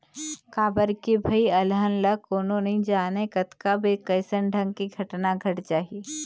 काबर के भई अलहन ल कोनो नइ जानय कतका बेर कइसन ढंग के घटना घट जाही